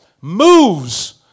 moves